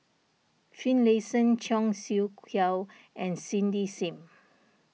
Finlayson Cheong Siew Keong and Cindy Sim